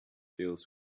deals